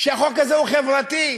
שהחוק הזה הוא חברתי.